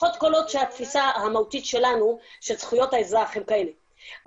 לפחות כל עוד התפיסה המהותית שלנו של זכויות האזרח היא כזאת,